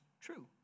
true